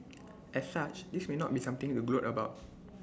as such this may not be something to gloat about